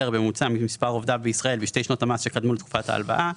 מממוצע מספר עובדי בישראל בשתי שנות המס שקדמו לתקופת ההלוואה,